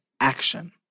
action